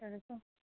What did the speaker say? अठार सौ